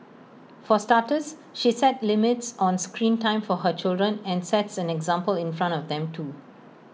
for starters she set limits on screen time for her children and sets an example in front of them too